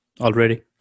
already